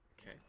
Okay